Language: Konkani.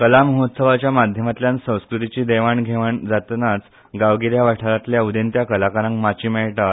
कला महोत्सवाच्या माध्यमांतल्यागन संस्कृतीची देवाण घेवाण जातकाच गांवगिऱ्या वाठारांतल्या उर्देत्या कलाकारांक माची मेळटा